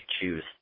choose